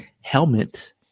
helmet